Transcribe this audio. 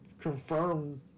confirmed